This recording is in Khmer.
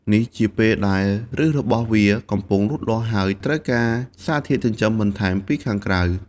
នេះជាពេលដែលឫសរបស់វាកំពុងលូតលាស់ ហើយត្រូវការសារធាតុចិញ្ចឹមបន្ថែមពីខាងក្រៅ។